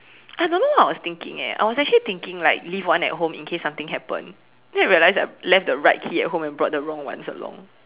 I don't know what I was thinking eh I was actually thinking right leave one at home in case something happen then I realized I left the right key at home and brought the wrong ones along